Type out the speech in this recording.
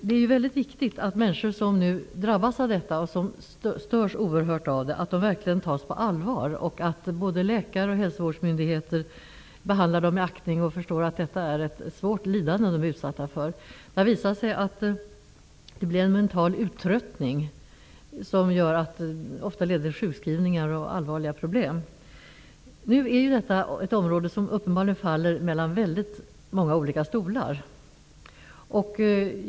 Det är viktigt att människor som nu drabbas och som störs oerhört av detta verkligen tas på allvar, och att både läkare och hälsovårdsmyndigheter behandlar dem med aktning och förståelse för det svåra lidande som de är utsatta för. Det har visat sig att bullret orsakar en mental uttröttning som ofta leder till sjukskrivningar och allvarliga problem. Detta är ett område som uppenbarligen faller mellan många olika stolar.